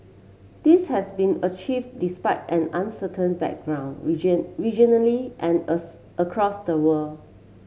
this has been achieved despite an uncertain background region regionally and across the world